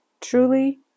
Truly